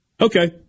Okay